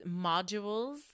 modules